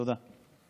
תודה.